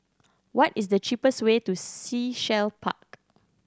what is the cheapest way to Sea Shell Park